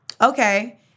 okay